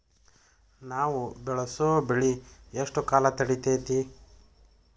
ನಾವು ಬೆಳಸೋ ಬೆಳಿ ಎಷ್ಟು ಕಾಲ ತಡೇತೇತಿ?